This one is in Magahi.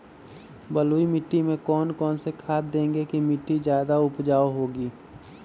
बलुई मिट्टी में कौन कौन से खाद देगें की मिट्टी ज्यादा उपजाऊ होगी?